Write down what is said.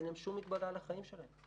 אין להם שום מגבלה על החיים שלהם.